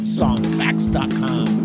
songfacts.com